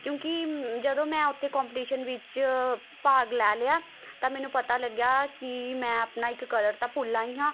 ਕਿਉਂਕਿ ਜਦੋਂ ਮੈਂ ਉੱਥੇ ਕੋਪੀਟੀਸ਼ਨ ਵਿੱਚ ਭਾਗ ਲੈ ਲਿਆ ਤਾਂ ਮੈਨੂੰ ਪਤਾ ਲੱਗਿਆ ਕਿ ਮੈਂ ਆਪਣਾ ਇੱਕ ਕਲਰ ਤਾਂ ਭੁੱਲ ਆਈ ਹਾਂ